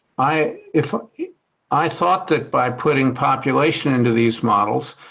i if ah yeah i thought that by putting population into these models,